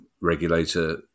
regulator